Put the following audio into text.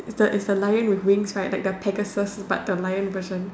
it's a it's a lion with wings like the Pegasus but the lion version